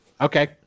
Okay